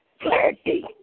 Clarity